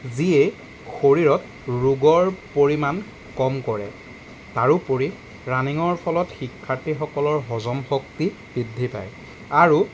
যিয়ে শৰীৰত ৰোগৰ পৰিমাণ কম কৰে তাৰোপৰি ৰানিঙৰ ফলত শিক্ষাৰ্থীসকলৰ হজম শক্তি বৃদ্ধি পায় আৰু